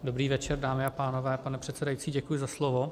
Dobrý večer, dámy a pánové, pane předsedající, děkuji za slovo.